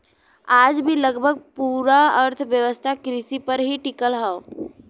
आज भी लगभग पूरा अर्थव्यवस्था कृषि पर ही टिकल हव